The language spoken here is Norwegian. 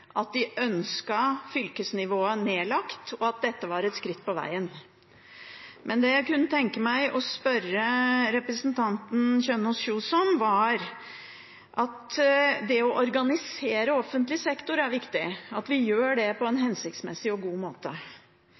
at de ønsket fylkesnivået nedlagt, og at dette var et skritt på veien. Å organisere offentlig sektor er viktig, og at vi gjør det på en hensiktsmessig og god måte.